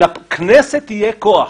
תודה רבה.